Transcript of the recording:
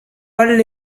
alle